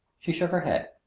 she shook her head.